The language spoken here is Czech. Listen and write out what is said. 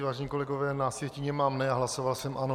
Vážení kolegové, na sjetině mám ne, a hlasoval jsem ano.